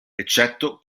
eccetto